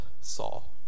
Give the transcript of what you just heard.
Saul